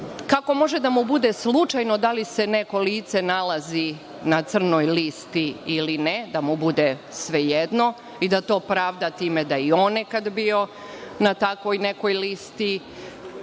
Kako može da mu bude slučajno da li se neko lice nalazi na „crnoj listi“ ili ne, da mu bude svejedno i da to pravda time da je i on nekad bio na takvoj nekoj